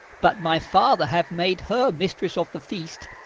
but my father hath made her mistress of the feast,